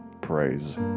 praise